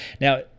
Now